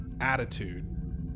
attitude